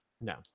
No